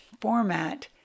format